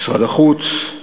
משרד החוץ,